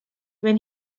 when